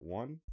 one